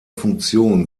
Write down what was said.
funktion